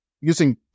using